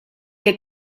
que